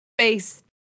space